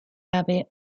abbey